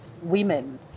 women